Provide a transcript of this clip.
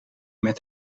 met